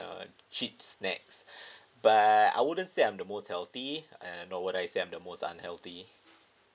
uh cheat snacks but I wouldn't say I'm the most healthy and no would I say I'm the most unhealthy